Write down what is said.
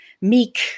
meek